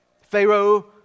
Pharaoh